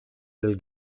del